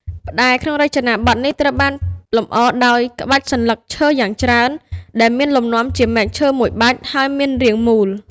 ផ្តែរក្នុងរចនាបថនេះត្រូវបានលម្អដោយ ក្បាច់ស្លឹកឈើយ៉ាងច្រើន ដែលមានលំនាំជាមែកឈើមួយបាច់ ហើយមានរាងមូល។